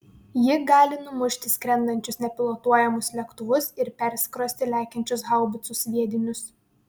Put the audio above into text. ji gali numušti skrendančius nepilotuojamus lėktuvus ir perskrosti lekiančius haubicų sviedinius